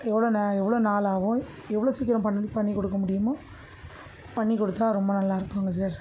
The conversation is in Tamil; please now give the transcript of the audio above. எவ்வளோ நே எவ்வளோ நாள் ஆகும் எவ்வளோ சீக்கிரம் பண் பண்ணிக் கொடுக்க முடியுமோ பண்ணிக் கொடுத்தா ரொம்ப நல்லா இருக்கும்க சார்